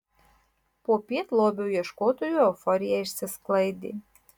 popiet lobio ieškotojų euforija išsisklaidė